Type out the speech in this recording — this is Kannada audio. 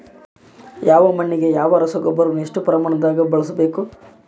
ಯಾವ ಮಣ್ಣಿಗೆ ಯಾವ ರಸಗೊಬ್ಬರವನ್ನು ಎಷ್ಟು ಪ್ರಮಾಣದಾಗ ಬಳಸ್ಬೇಕು?